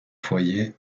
foyer